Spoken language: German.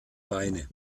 beine